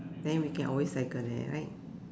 then we can always cycle there right